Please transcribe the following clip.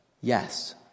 Yes